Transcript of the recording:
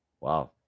Wow